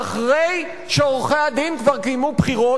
אחרי שעורכי-הדין כבר קיימו בחירות